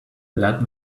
let